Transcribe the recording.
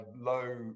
low